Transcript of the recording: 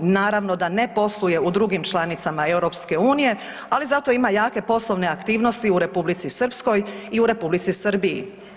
Naravno da ne posluje u drugim članicama EU, ali zato ima jake poslovne aktivnosti u Republici Srpskoj i u Republici Srbiji.